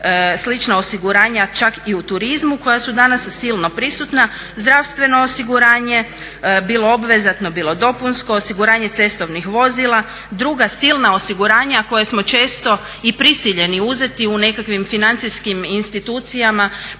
slična osiguranja čak i u turizmu koja su danas silno prisutna, zdravstveno osiguranje, bilo obvezatno, bilo dopunsko, osiguranje cestovnih vozila, druga silna osiguranja koja smo često i prisiljeni uzeti u nekakvim financijskim institucijama